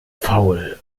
faul